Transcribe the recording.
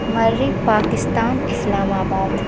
مری پاکستان اسلام آباد